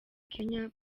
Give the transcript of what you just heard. kenya